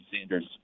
Sanders